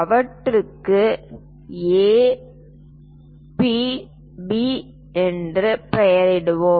அவற்றுக்கு A P B என்று பெயரிடுவோம்